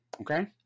Okay